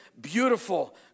beautiful